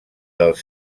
dels